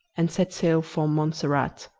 and set sail for montserrat.